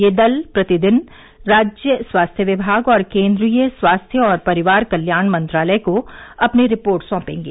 ये दल प्रतिदिन राज्य स्वास्थ्य विभाग और केन्द्रीय स्वास्थ्य और परिवार कल्याण मंत्रालय को अपनी रिपोर्ट सौपेंगे